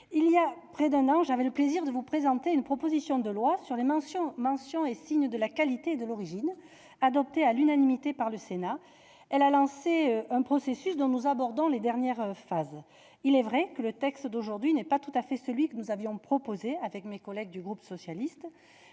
près d'un an, j'avais eu le plaisir de vous présenter une proposition de loi relative aux mentions et signes de la qualité et de l'origine. Son adoption à l'unanimité par le Sénat a enclenché un processus dont nous abordons les dernières phases. Il est vrai que le texte d'aujourd'hui n'est pas tout à fait celui que mes collègues du groupe socialiste